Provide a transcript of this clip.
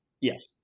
Yes